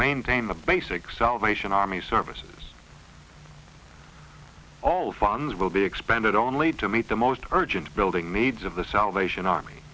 maintain the basic salvation army services all funds will be expended only to meet the most urgent building maids of the salvation army